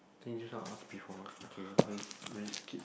think just now ask before ah okay we'll just we'll just skip